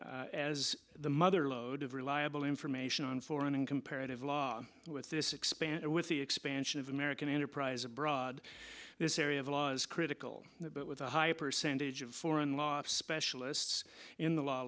as the mother lode of reliable information on foreign and comparative law with this expanded with the expansion of american enterprise abroad this area of laws critical but with a high percentage of foreign law specialists in the law